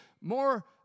more